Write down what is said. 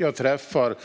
Jag träffar